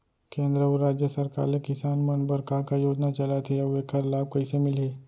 केंद्र अऊ राज्य सरकार ले किसान मन बर का का योजना चलत हे अऊ एखर लाभ कइसे मिलही?